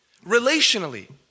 Relationally